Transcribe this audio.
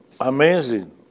Amazing